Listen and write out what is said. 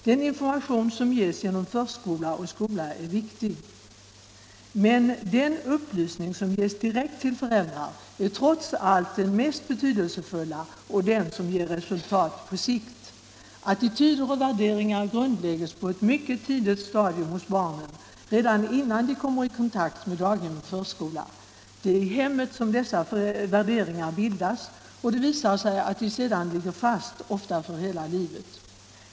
Den information som kan ges genom förskola och skola är viktig, men den upplysning som ges direkt till föräldrarna är trots allt den mest betydelsefulla och den som ger resultat på längre sikt. Attityder och värderingar grundläggs på ett mycket tidigt stadium hos barnen, redan innan de kommer i kontakt med daghem och förskola. Det är i hemmet som dessa värderingar bildas, och det visar sig att de sedan ligger fast, ofta för hela livet.